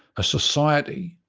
a society,